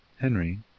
Henry